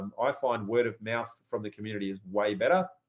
um i find word of mouth from the community is way better.